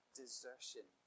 desertion